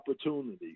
opportunities